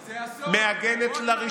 אסון.